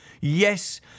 Yes